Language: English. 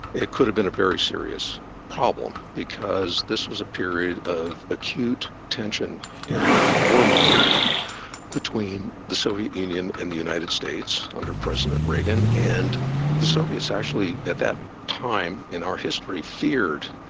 it could have been a very serious problem because this was a period of acute tension and warmongering between the soviet union and the united states under president reagan, and the soviets actually at that time in our history feared,